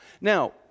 Now